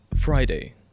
Friday